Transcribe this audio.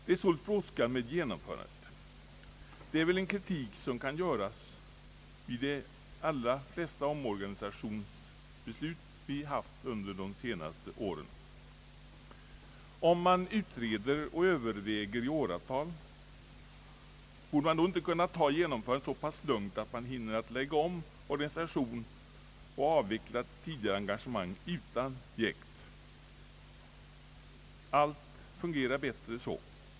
Det är nu stor brådska med genomförandet av organisationen. Det är väl en kritik som kan framföras i fråga om de flesta omorganisationsbeslut som fattats under senare år. Om man utreder och överväger i åratal, borde man då inte kunna ta genomförandet så pass lugnt att man hinner att lägga om organisationen och avveckla tidi gare engagemang utan jäkt. Allt fungerar bättre så.